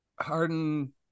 Harden